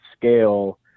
scale